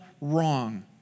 wrong